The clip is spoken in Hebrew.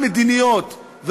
מדיניות,